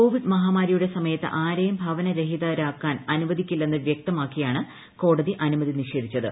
Covid മഹാമാരിയുടെ സമയത്ത് ആരെയും ഭവനരഹിതരാക്കാൻ അനുവദിക്കില്ലെന്ന് വ്യക്തമാക്കിയാണ് കോടതി അനുമതി നിഷേധിച്ചത്